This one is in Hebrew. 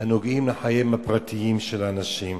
הנוגעים לחייהם הפרטיים של אנשים.